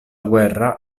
guerra